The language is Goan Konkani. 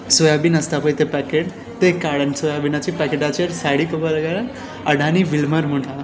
सोयाबीन आसता पळय तें पॅकीट तें काड आनी सोयाहीनाच्या पॅकेटाचोर सायडीन अडानी म्हणून हा